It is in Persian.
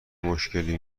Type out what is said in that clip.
مشکلی